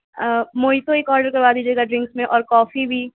موئی فوئی کا آڈر کروا دیجئے گا ڈرنکس میں اور کافی بھی